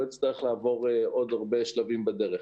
לא יצטרך לעבור עוד הרבה שלבים בדרך.